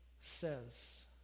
says